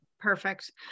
Perfect